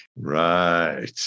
Right